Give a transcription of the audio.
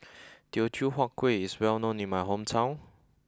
Teochew Huat Kueh is well known in my hometown